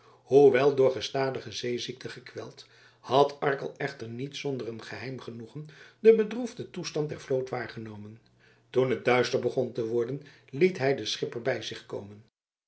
hoewel door gestadige zeeziekte gekweld had arkel echter niet zonder een geheim genoegen den bedroefden toestand der vloot waargenomen toen het duister begon te worden liet hij den schipper bij zich komen